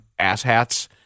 asshats